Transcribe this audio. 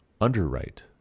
underwrite